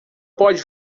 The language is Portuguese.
pode